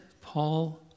Paul